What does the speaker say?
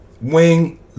wing